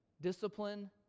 discipline